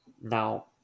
now